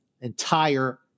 entire